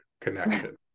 connection